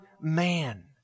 man